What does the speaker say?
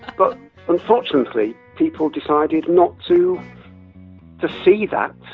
but unfortunately people decided not to to see that.